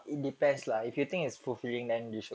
it depends lah if you think it's fulfilling ambition